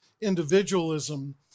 individualism